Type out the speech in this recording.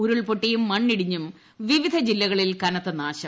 ഉരുൾപൊട്ടിയും മണ്ണിടിഞ്ഞും വിവിധ ജില്ലകളിൽ കനത്ത നാശം